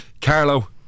Carlo